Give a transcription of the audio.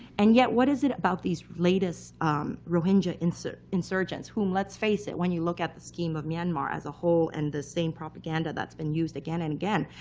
and yet what is it about these latest rohingya insurgents, whom, let's face it, when you look at the scheme of myanmar as a whole and the same propaganda that's been used again and again,